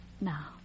Now